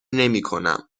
نمیکنم